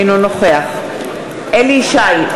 אינו נוכח אליהו ישי,